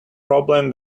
problems